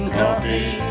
coffee